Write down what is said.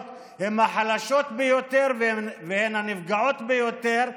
הן החלשות ביותר והן הנפגעות ביותר,